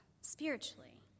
spiritually